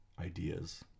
ideas